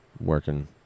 working